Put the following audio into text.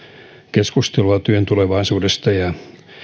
keskustelua työn tulevaisuudesta ja